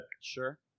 Sure